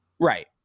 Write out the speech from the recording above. Right